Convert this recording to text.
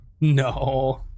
no